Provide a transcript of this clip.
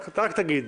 רק תגיד.